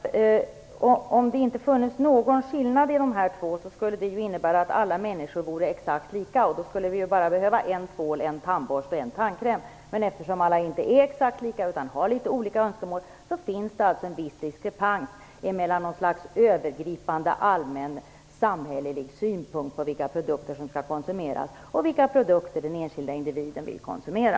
Herr talman! Om det inte hade funnits någon skillnad, skulle det innebära att alla människor vore exakt lika. Då skulle vi behöva bara en tvål, en tandborste och en tandkräm. Men eftersom alla inte är exakt lika utan har litet olika önskemål, finns det en viss diskrepans mellan något slags övergripande samhällelig syn på vilka produkter som skall konsumeras och vilka produkter den enskilde individen vill konsumera.